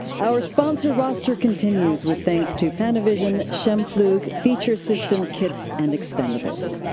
our sponsor roster continues with thanks to panavision, scheimpflug, feature system kits, and expendables.